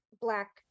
black